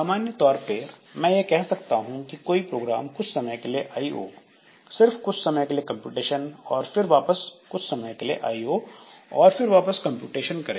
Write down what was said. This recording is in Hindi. सामान्य तौर पर मैं यह कह सकता हूं कोई प्रोग्राम कुछ समय के लिए आइ ओ सिर्फ कुछ समय के लिए कंप्यूटेशन और फिर वापस कुछ समय के लिए आईओ और फिर वापस कंप्यूटेशन करेगा